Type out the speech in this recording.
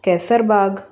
Kaiserbagh